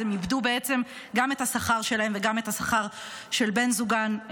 אז בעצם הן איבדו גם את השכר שלהן וגם את השכר של בן זוגן,